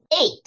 Eight